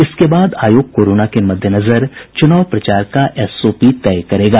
इसके बाद आयोग कोरोना के मद्देनजर चुनाव प्रसार का एसओपी तय करेगा